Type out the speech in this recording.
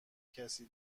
کسی